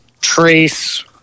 trace